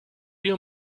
you